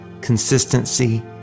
consistency